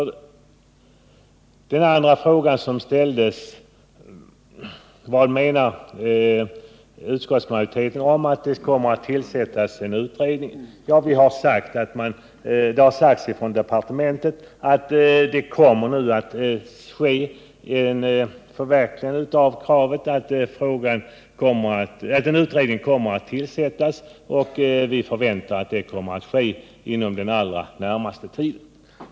På den andra frågan, om vad utskottsmajoriteten menar med uttalandet att det kommer att tillsättas en utredning, vill jag svara att det har sagts från departementet att kravet på en utredning nu kommer att förverkligas, och vi förväntar i utskottet att det kommer att ske inom den allra närmaste tiden.